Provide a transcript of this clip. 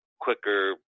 quicker